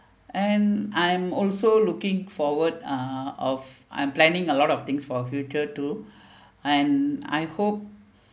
and I'm also looking forward uh of I'm planning a lot of things for her future too and I hope